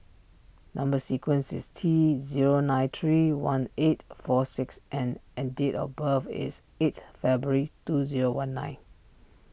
Number Sequence is T zero nine three one eight four six N and date of birth is eight February two zero one nine